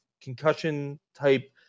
concussion-type